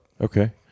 Okay